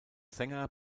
sänger